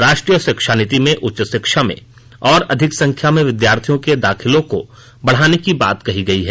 राष्ट्रीय शिक्षा नीति में उच्च शिक्षा में और अधिक संख्या में विद्यार्थियों के दाखिलों को बढ़ाने की बात कही गई है